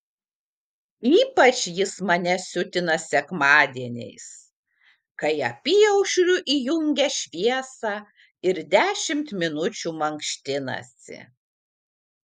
ypač jis mane siutina sekmadieniais kai apyaušriu įjungia šviesą ir dešimt minučių mankštinasi